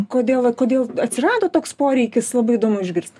kodėl vat kodėl atsirado toks poreikis labai įdomu išgirst